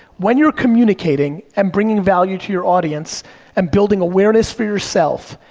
when you're communicating and bringing value to your audience and building awareness for yourself,